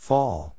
Fall